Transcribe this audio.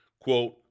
Quote